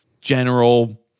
general